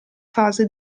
fase